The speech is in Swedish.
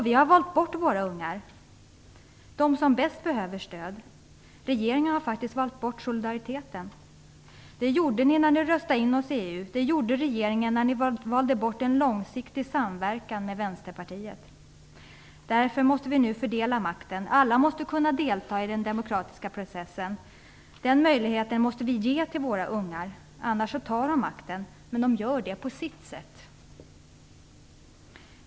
Vi har valt bort våra ungar - de som bäst behöver stöd. Regeringen har faktiskt valt bort solidariteten. Det gjorde ni när ni röstade in oss i EU. Det gjorde regeringen när ni valde bort en långsiktig samverkan med Vänsterpartiet. Därför måste vi nu fördela makten. Alla måste kunna delta i den demokratiska processen. Den möjligheten måste vi ge våra ungar, annars tar de makten, och de gör det på sitt sätt.